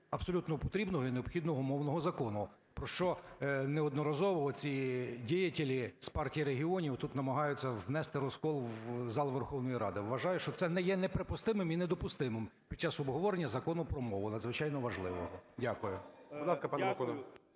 абсолютно потрібного і необхідного мовного закону, про що неодноразово оцідеятели з Партії регіонів тут намагаються внести розкол у зал Верховної Ради. Вважаю, що це є неприпустимим і недопустимим під час обговорення Закону про мову, надзвичайно важливого. Дякую.